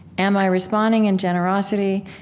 am i responding in generosity?